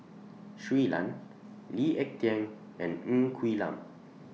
Shui Lan Lee Ek Tieng and Ng Quee Lam